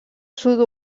sud